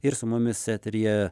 ir su mumis eteryje